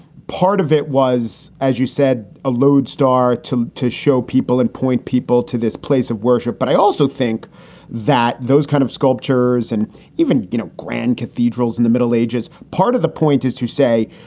part of it was, as you said, a loadstar to to show people and point people to this place of worship. but i also think that those kind of sculptures and even you know grand cathedrals in the middle ages, part of the point is to say,